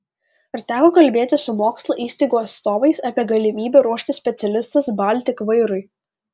ar teko kalbėtis su mokslo įstaigų atstovais apie galimybę ruošti specialistus baltik vairui